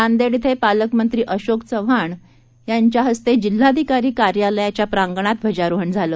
नांदेड इथं पालकमंत्री अशोक चव्हाण यांच्याहस्ते जिल्हाधिकारी कार्यालयाच्या प्रांगणात ध्वजारोहण झालं